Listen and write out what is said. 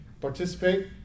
participate